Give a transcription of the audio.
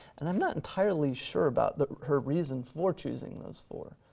and i'm not entirely sure about her reasons for choosing those four.